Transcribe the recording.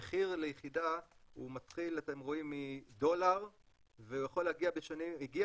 המחיר ליחידה מתחיל מדולר ויכול להגיע והגיע